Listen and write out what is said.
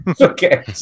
Okay